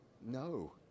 no